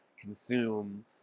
consume